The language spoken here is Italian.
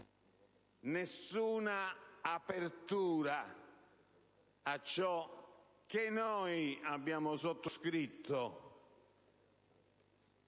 nessuna apertura a ciò che noi abbiamo sottoscritto